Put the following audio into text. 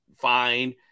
fine